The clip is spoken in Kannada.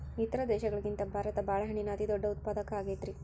ಇತರ ದೇಶಗಳಿಗಿಂತ ಭಾರತ ಬಾಳೆಹಣ್ಣಿನ ಅತಿದೊಡ್ಡ ಉತ್ಪಾದಕ ಆಗೈತ್ರಿ